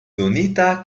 donita